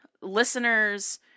Listeners